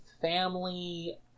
family